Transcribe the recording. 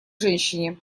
женщине